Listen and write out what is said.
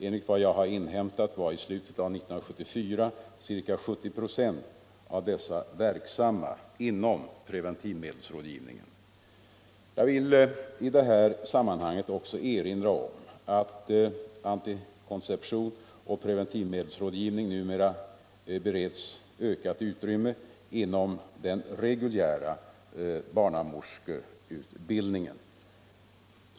Enligt vad jag har inhämtat var i slutet av 1974 ca 70 96 av dessa verksamma inom preventivmedelsrådgivningen. Jag vill i det här sammanhanget också erinra om att antikonception och preventivmedelsrådgivning numera bereds ökat utrymme inom den reguljära barnmorskeutbildningen.